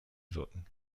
wirken